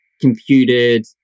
computed